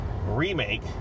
remake